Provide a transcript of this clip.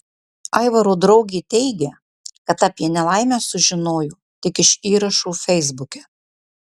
aivaro draugė teigia kad apie nelaimę sužinojo tik iš įrašų feisbuke